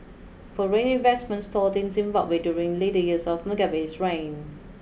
foreign investment stalled in Zimbabwe during the later years of Mugabe's reign